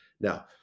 now